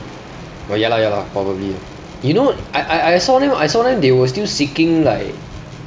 oh ya lah ya lah probably lah you know I I I saw them I saw them they were still seeking like